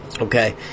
okay